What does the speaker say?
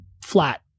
flat